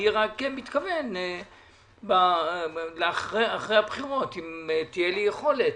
אני רק מתכוון אחרי הבחירות, אם תהיה לי יכולת,